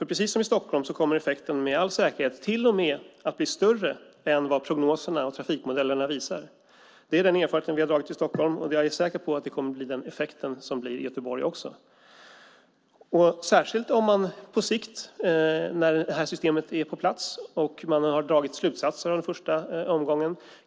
Precis som i Stockholm kommer effekten med all säkerhet till och med att bli större än vad prognoserna och trafikmodellerna visar. Det är den erfarenhet vi har gjort i Stockholm, och jag är säker på att det kommer att bli den effekten i Göteborg också. Det gäller särskilt på sikt när systemet är på plats och man har dragit slutsatser av den första omgången.